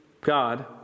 God